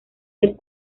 del